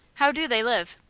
how do they live?